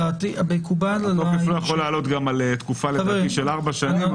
שלא יעלה על תקופה של ארבע שנים.